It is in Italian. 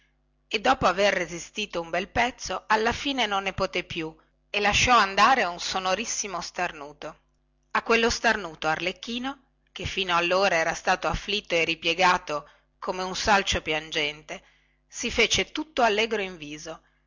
e dopo aver resistito un bel pezzo alla fine non ne poté più e lasciò andare un sonorissimo starnuto a quello starnuto arlecchino che fin allora era stato afflitto e ripiegato come un salcio piangente si fece tutto allegro in viso